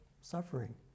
suffering